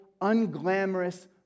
unglamorous